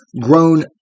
grown